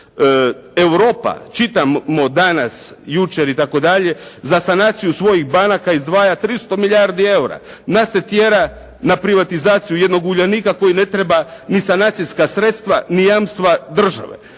Europa, čitamo danas, jučer itd., za sanaciju svojih banaka izdvaja 300 milijardi eura. Nas se tjera na privatizaciju jednog uljanika koji ne treba ni sanacijska sredstva ni jamstva države.